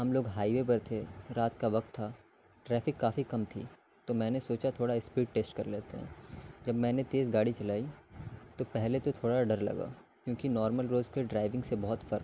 ہم لوگ ہائیوے پر تھے رات کا وقت تھا ٹریفک کافی کم تھی تو میں نے سوچا تھوڑا اسپیڈ ٹیسٹ کر لیتے ہیں جب میں نے تیز گاڑی چلائی تو پہلے تو تھوڑا ڈر لگا کیونکہ نارمل روز کے ڈرائیونگ سے بہت فرق تھا